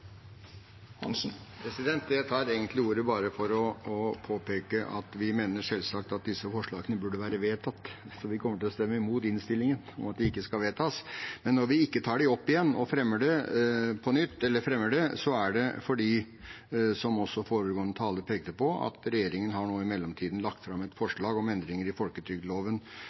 Jeg tar ordet bare for å påpeke at vi selvsagt mener at disse forslagene burde vært vedtatt, så vi kommer til å stemme imot innstillingen om at de ikke skal vedtas. Men når vi ikke tar dem opp igjen og fremmer dem, er det fordi, som også foregående taler pekte på, regjeringen nå i mellomtiden har lagt fram et forslag om endringer i folketrygdloven